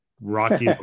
Rocky